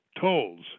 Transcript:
tolls